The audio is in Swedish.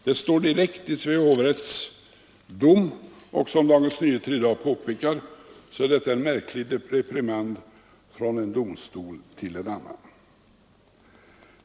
Det står direkt i Svea hovrätts dom, och som Dagens Nyheter i dag påpekar är detta en märklig reprimand från en domstol till en annan.